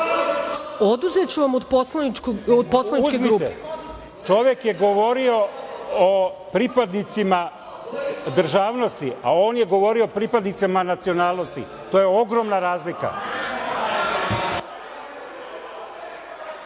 Oduzeću vam od poslaničke grupe. **Zoran Lutovac** Uzmite. Čovek je govorio o pripadnicima državnosti, a on je govorio o pripadnicima nacionalnosti, to je ogromna razlika.